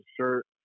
shirt